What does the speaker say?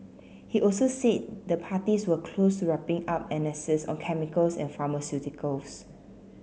he also said the parties were close wrapping up annexes on chemicals and pharmaceuticals